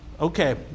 Okay